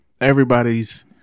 everybody's